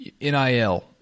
NIL